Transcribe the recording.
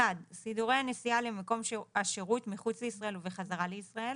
סידורי הנסיעה למקום השירות מחוץ לישראל ובחזרה לישראל,